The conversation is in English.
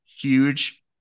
huge